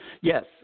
Yes